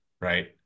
Right